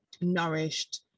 nourished